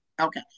Okay